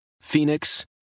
Phoenix